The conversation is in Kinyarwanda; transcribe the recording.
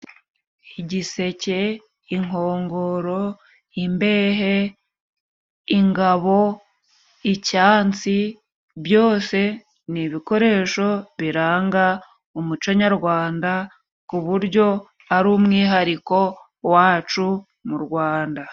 Igiseke, inkongoro, imbehe, ingabo, icyansi byose ni ibikoresho biranga umuco nyarwanda ku buryo ari umwihariko wacu mu Rwanda.